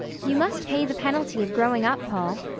you must pay the penalty of growing-up, paul.